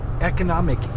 economic